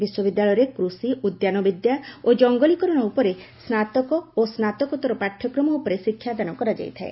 ବିଶ୍ୱବିଦ୍ୟାଳୟରେ କୃଷି ଉଦ୍ୟାନ ବିଦ୍ୟା ଓ ଜଙ୍ଗଲୀକରଣ ଉପରେ ସ୍ନାତକ ଓ ସ୍ନାତକୋତ୍ତର ପାଠ୍ୟକ୍ରମ ଉପରେ ଶିକ୍ଷାଦାନ କରାଯାଇଥାଏ